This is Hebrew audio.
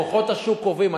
כוחות השוק קובעים.